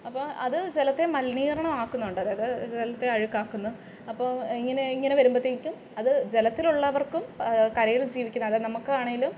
അപ്പോൾ അത് ജലത്തെ മലിനീകരണമാക്കുന്നുണ്ട് അതായത് ജലത്തെ അഴുക്കാക്കുന്നു അപ്പോൾ ഇങ്ങിനെ ഇങ്ങനെ വരുമ്പോഴത്തേക്കും അത് ജലത്തിലുള്ളവർക്കും കരയിൽ ജീവിക്കുന്ന അതായത് നമുക്ക് ആണെങ്കിലും